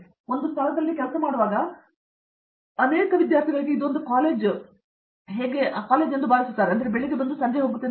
ನೀವು ಒಂದು ಸ್ಥಳದಲ್ಲಿ ಕೆಲಸ ಮಾಡುವಾಗ ಅನೇಕ ವಿದ್ಯಾರ್ಥಿಗಳಿಗೆ ಇದು ಒಂದು ಕಾಲೇಜು ಹಾಗೆ ಎಂದು ಭಾವಿಸುತ್ತೇನೆ ನಾನು ಬೆಳಗ್ಗೆ ಸಂಜೆ ಬರುತ್ತೇನೆ